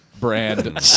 brand